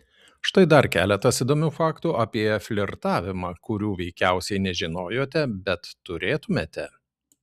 štai dar keletas įdomių faktų apie flirtavimą kurių veikiausiai nežinojote bet turėtumėte